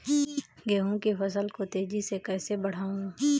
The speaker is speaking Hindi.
गेहूँ की फसल को तेजी से कैसे बढ़ाऊँ?